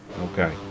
Okay